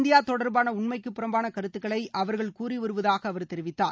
India தொடர்பான உண்மைக்கு புறம்பான கருத்துக்களை அவர்கள் கூறிவருவதாக அவர் தெரிவித்தார்